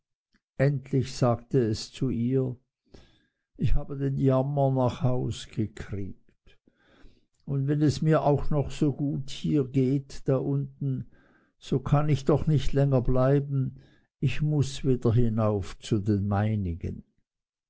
endlich sagte es zu ihr ich habe den jammer nach haus kriegt und wenn es mir auch noch so gut hier unten geht so kann ich doch nicht länger bleiben ich muß wieder hinauf zu den meinigen